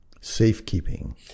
Safekeeping